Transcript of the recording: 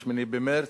ה-8 במרס,